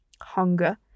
hunger